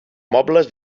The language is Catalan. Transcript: mobles